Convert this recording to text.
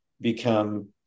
become